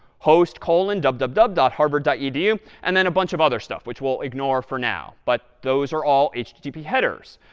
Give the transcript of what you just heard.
host colon www www harvard ah edu, and then a bunch of other stuff which we'll ignore for now. but those are all http headers.